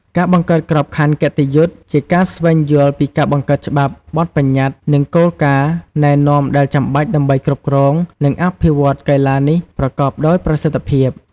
ការបង្កើតក្របខ័ណ្ឌគតិយុត្ដជាការ ស្វែងយល់ពីការបង្កើតច្បាប់ បទប្បញ្ញត្តិ និងគោលការណ៍ណែនាំដែលចាំបាច់ដើម្បីគ្រប់គ្រង និងអភិវឌ្ឍកីឡានេះប្រកបដោយប្រសិទ្ធភាព។